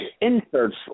inserts